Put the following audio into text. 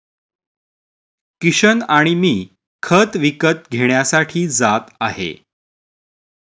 किशन आणि मी खत विकत घेण्यासाठी जात आहे